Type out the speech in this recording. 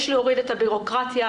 יש להוריד את הבירוקרטיה,